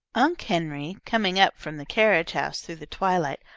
unc' henry, coming up from the carriage-house through the twilight,